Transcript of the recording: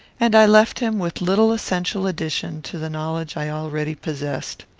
and i left him with little essential addition to the knowledge i already possessed.